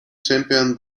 champion